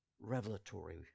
revelatory